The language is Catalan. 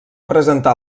presentar